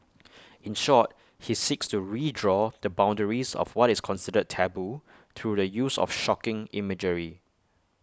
in short he seeks to redraw the boundaries of what is considered taboo through the use of shocking imagery